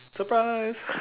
surprise